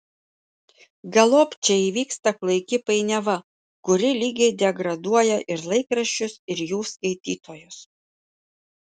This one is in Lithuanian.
galop čia įvyksta klaiki painiava kuri lygiai degraduoja ir laikraščius ir jų skaitytojus